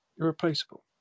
irreplaceable